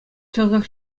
часах